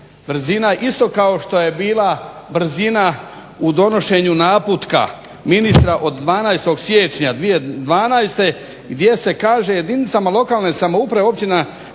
isto kao što je bila brzina u donošenju naputka ministra od 12. siječnja 2012. gdje se kaže jedinicama lokalne samouprave općinama,